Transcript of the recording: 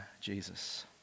Jesus